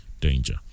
danger